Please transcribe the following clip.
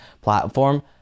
platform